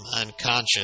unconscious